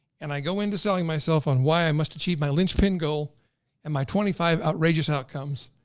and i go into selling myself on why i must achieve my linchpin goal and my twenty five outrageous outcomes.